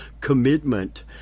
commitment